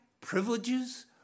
privileges